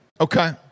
Okay